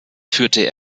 führte